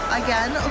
again